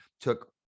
took